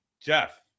jeff